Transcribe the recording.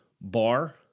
Bar